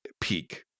peak